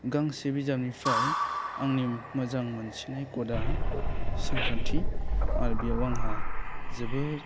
गांसे बिजाबनिफ्राय आंनि मोजां मोनसिननाय कडा सानखान्थि आरो बेयाव आंहा जोबोद